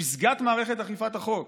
בפסגת מערכת אכיפת החוק.